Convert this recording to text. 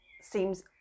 seems